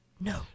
no